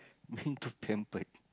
being too pampered